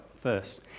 first